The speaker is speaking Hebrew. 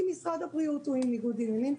כי משרד הבריאות הוא עם ניגוד עניינים,